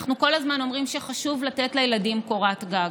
אנחנו כל הזמן אומרים שחשוב לתת לילדים קורת גג,